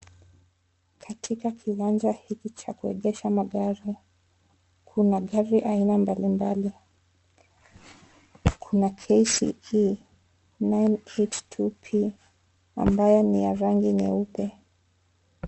Katika kiwanja hiki cha kuegesha magari, kuna gari aina mbalimbali . Kuna KCE 982P ambayo ni ya rangi nyeupe.